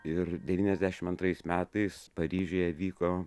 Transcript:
ir devyniasdešim antrais metais paryžiuje vyko